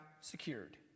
secured